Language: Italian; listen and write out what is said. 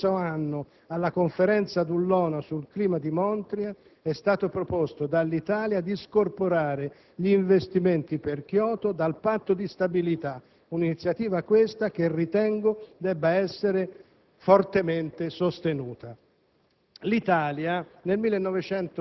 Proprio per avviare questa politica virtuosa, lo scorso anno alla Conferenza dell'ONU di Montreal sul clima è stato proposto dall'Italia di scorporare gli investimenti per Kyoto dal Patto di stabilità, un'iniziativa che ritengo debba essere